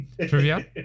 trivia